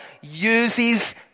uses